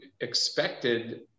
expected